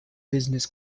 business